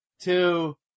Two